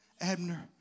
Abner